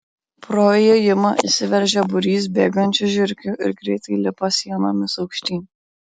pro įėjimą įsiveržia būrys bėgančių žiurkių ir greitai lipa sienomis aukštyn